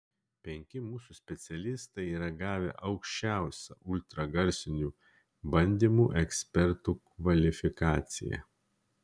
penki mūsų specialistai yra gavę aukščiausią ultragarsinių bandymų ekspertų kvalifikaciją